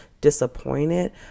disappointed